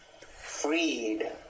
freed